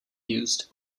used